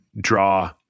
draw